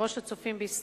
ראש הצופים בישראל: